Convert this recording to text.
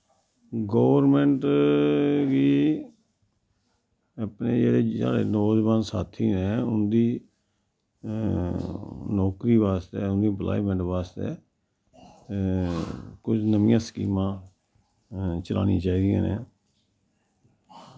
government गी अपने जेह्ड़े साढ़े नौजवान साथी नै उंदी नौकरी बास्तै उंदी इंप्लाईमैंट बास्तै कुश नमियां स्कीमां चलानियां चाहिदियां नै